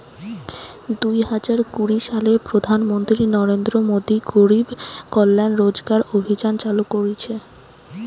দুই হাজার কুড়ি সালে প্রধান মন্ত্রী নরেন্দ্র মোদী গরিব কল্যাণ রোজগার অভিযান চালু করিছে